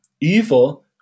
evil